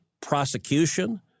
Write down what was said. prosecution